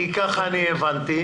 כי ככה אני הבנתי,